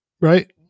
Right